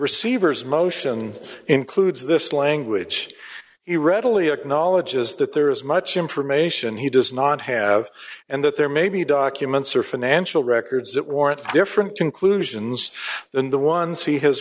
receiver's motion includes this language he readily acknowledges that there is much information he does not have and that there may be documents or financial records that warrant different conclusions than the ones he has